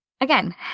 Again